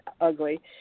ugly